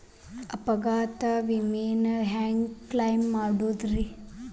ಅಪಘಾತ ವಿಮೆನ ಹ್ಯಾಂಗ್ ಕ್ಲೈಂ ಮಾಡೋದ್ರಿ?